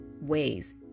ways